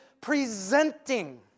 presenting